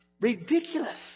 Ridiculous